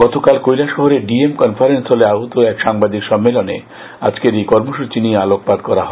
গতকাল কৈলাসহরের DM conference হলে আহুত এক সাংবাদিক সম্মেলনে আজকের এই কর্মসূচী নিয়ে আলোকপাত করা হয়